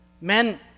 Men